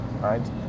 right